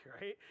right